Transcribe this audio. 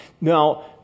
Now